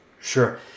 Sure